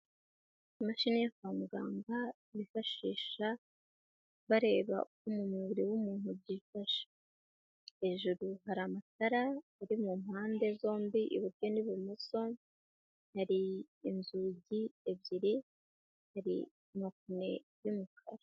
Imashini yo kwa muganga bifashisha bareba uko mu mubiri w'umuntu byifashe, hejuru hari amatara uri ku mpande zombi ibuburyo n'ibumoso, hari inzugi ebyiri hari amapine y'umukara.